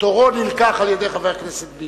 אשר תורו נלקח על-ידי חבר הכנסת ביבי.